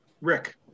Rick